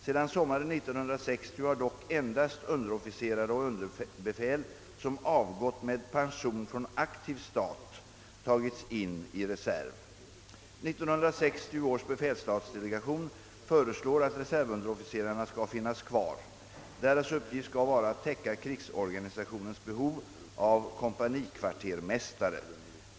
Sedan sommaren 1960 har dock endast underofficerare och underbefäl som avgått med pension från aktiv stat tagits in i reserv. 1960 års befälsstatsdelegation föreslår att reservunderofficerarna skall finnas kvar. Deras uppgift skall vara att täcka krigsorganisationens behov av kompanikvartermästare.